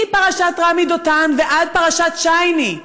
מפרשת רמי דותן ועד פרשת צ'ייני,